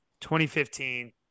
2015